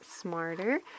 smarter